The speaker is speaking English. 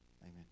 Amen